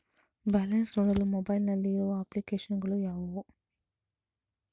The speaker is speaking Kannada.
ಬ್ಯಾಲೆನ್ಸ್ ನೋಡಲು ಮೊಬೈಲ್ ನಲ್ಲಿ ಇರುವ ಅಪ್ಲಿಕೇಶನ್ ಗಳು ಯಾವುವು?